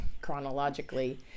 chronologically